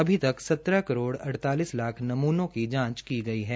अभी तक सत्रह करोड़ अड़तालिस लाख नमूनों की जांच की गई है